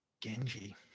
Genji